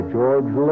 George